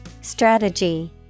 Strategy